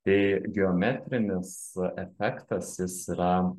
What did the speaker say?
tai geometrinis efektas jis yra